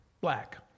Black